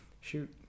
Shoot